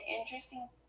interesting